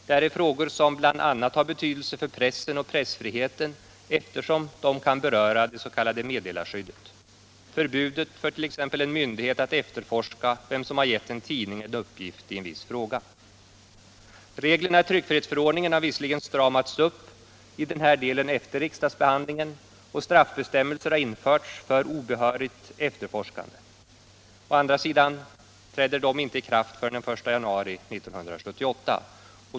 Det här är frågor som bl.a. har betydelse för pressen och pressfriheten, eftersom de kan beröra det s.k. meddelarskyddet — förbudet för t.ex. en myndighet att efterforska vem som har gett en tidning en uppgift i en viss fråga. Reglerna i tryckfrihetsförordningen har visserligen stramats upp i den här delen efter riksdagsbehandlingen, och straffbestämmelser har införts för obehörigt efterforskande. Å andra sidan träder de inte i kraft förrän den 1 januari 1978.